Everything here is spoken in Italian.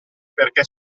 perché